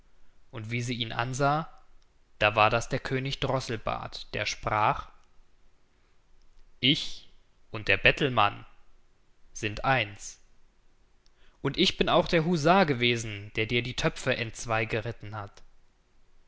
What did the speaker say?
und wie sie ihn ansah da war das der könig droßelbart der sprach ich und der bettelmann sind eins und ich bin auch der husar gewesen der dir die töpfe entzwei geritten hat